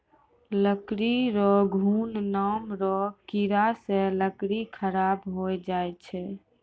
लकड़ी रो घुन नाम रो कीड़ा से लकड़ी खराब होय जाय छै